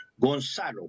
Gonzalo